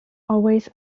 always